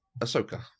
Ahsoka